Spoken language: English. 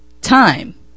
time